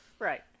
Right